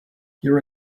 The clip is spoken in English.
your